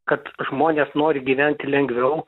kad žmonės nori gyventi lengviau